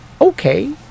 okay